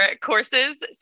courses